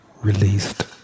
released